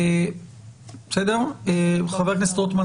לאחר דברי היועצת המשפטית